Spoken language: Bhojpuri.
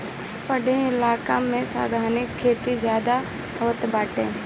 पहाड़ी इलाका में सीढ़ीदार खेती ज्यादा होत बाटे